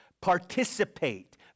Participate